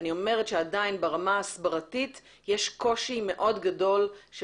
אני אומרת שברמה ההסברתית יש קושי מאוד גדול של